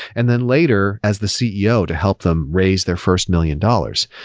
and then later, as the ceo, to help them raise their first million dollars,